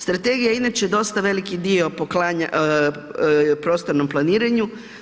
Strategija inače dosta veliki dio poklanja prostornom planiranju.